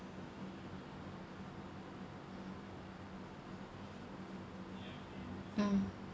mm